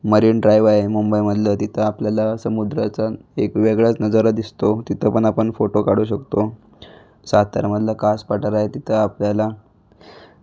marine Drive आहे मुंबइमधलं तिथं आपल्याला समुद्राचा एक वेगळाच नजारा दिसतो तिथंं पण आपण फोटो काढू शकतो सातारामधलं कास पठार आहे तिथंं आपल्याला